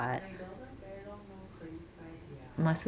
McDonald's very long no curly fries liao